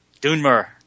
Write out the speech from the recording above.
Dunmer